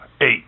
eight